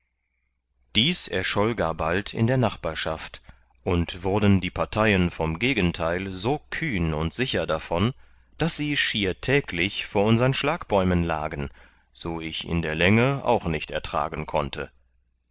dies erscholl gar bald in der nachbarschaft und wurden die parteien vom gegenteil so kühn und sicher davon daß sie schier täglich vor unsern schlagbäumen lagen so ich in die länge auch nicht ertragen konnte